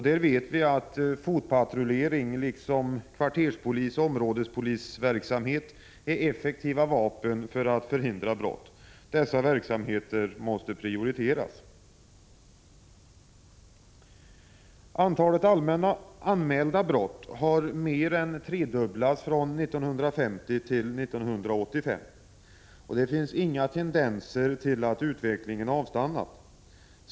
Vi vet att fotpatrullering av polisen liksom kvarterspolisers/områdespolisers verksamhet är effektiva vapen för att förhindra brott. Dessa verksamheter måste prioriteras. Antalet anmälda brott har mer än tredubblats från 1950 till 1985, och det finns inga tendenser till att utvecklingen avstannar.